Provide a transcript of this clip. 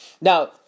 Now